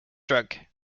drug